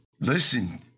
listen